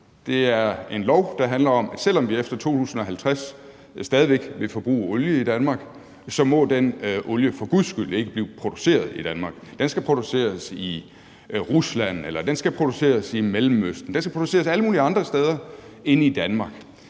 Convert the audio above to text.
Det er en lov, der handler om, at selv om vi efter 2050 stadig væk vil forbruge olie i Danmark, må den olie for guds skyld ikke blive produceret i Danmark. Den skal produceres i Rusland, eller den skal produceres i Mellemøsten, den skal produceres alle mulige andre steder end i Danmark.